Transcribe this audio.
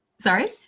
sorry